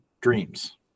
dreams